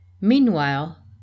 Meanwhile